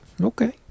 Okay